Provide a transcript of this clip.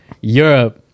Europe